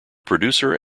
producer